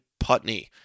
Putney